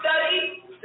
Study